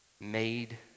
made